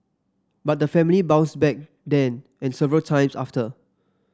but the family bounced back then and several times after